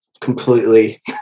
completely